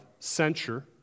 censure